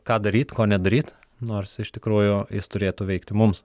ką daryt ko nedaryt nors iš tikrųjų jis turėtų veikti mums